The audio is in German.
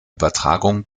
übertragung